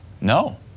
No